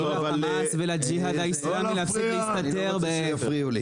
תגיד לחמאס ולג'יהאד האסלאמי להפסיק להסתתר --- לא להפריע.